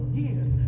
years